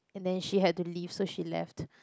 and then she had to leave so she left